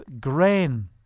grain